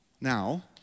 Now